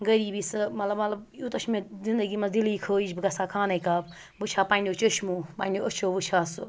گریٖبی سُہ مطلب مطلب یوٗتاہ چھِ مےٚ زِندگی منٛز دِلی خٲہِش بہٕ گژھٕ ہا خانے کعاب بہٕ وٕچھِ ہا پنٛنیو چٔشمو پنٛنیو أچھو وٕچھِ ہا سُہ